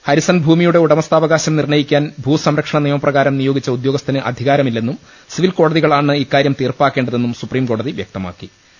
Harrison ഭൂമിയുടെ ഉടമസ്ഥാവകാശം നിർണയിക്കാൻ ഭൂ സംര ക്ഷണ നിയമപ്രകാരം നിയോഗിച്ച ഉദ്യോഗസ്ഥന് അധികാരമി ല്ലെന്നും സിവിൽ കോടതികളാണ് ഇക്കാര്യം തീർപ്പാക്കേണ്ട തെന്നും സുപ്രീംകോടതി വ്യക്തമാക്തി